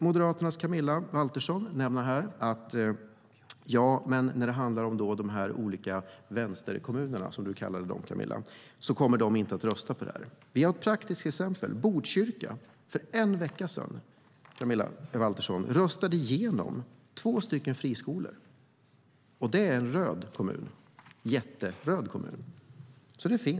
Moderaternas Camilla Waltersson Grönvall talade om att vänsterkommunerna, som hon kallade dem, inte kommer att rösta för detta. Vi har ett konkret exempel. För en vecka sedan röstade den jätteröda kommunen Botkyrka igenom två friskolor. Det förekommer alltså.